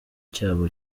cyabo